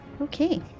Okay